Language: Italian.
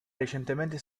recentemente